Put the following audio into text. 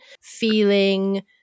feeling